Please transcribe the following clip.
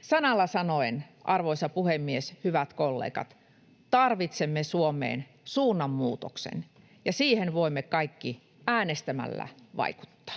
Sanalla sanoen, arvoisa puhemies, hyvät kollegat, tarvitsemme Suomeen suunnanmuutoksen, ja siihen voimme kaikki äänestämällä vaikuttaa.